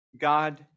God